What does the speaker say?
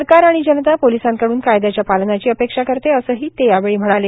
सरकार आणि जनता पोलिसांकडून कायद्याच्या पालनाची अपेक्षा करते असंही ते यावेळी म्हणाले